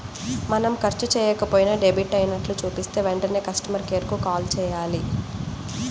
మనం ఖర్చు చెయ్యకపోయినా డెబిట్ అయినట్లు చూపిస్తే వెంటనే కస్టమర్ కేర్ కు కాల్ చేయాలి